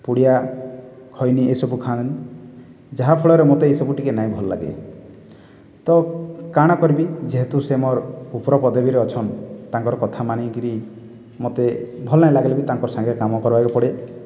ପୁଡ଼ିଆ ଖଇନି ଏସବୁ ଖାଆନ୍ତି ଯାହାଫଳରେ ମୋତେ ଏହିସବୁ ଟିକିଏ ନାହିଁ ଭଲଲାଗେ ତ କ'ଣ କରିବି ଯେହେତୁ ସେ ମୋର ଉପର ପଦବୀରେ ଅଛନ୍ତି ତାଙ୍କର କଥା ମାନିକରି ମୋତେ ଭଲ ନାହିଁ ଲାଗିଲେବି ତାଙ୍କର ସାଙ୍ଗେ କାମ କରିବାକୁ ପଡ଼େ